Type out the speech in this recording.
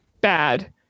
bad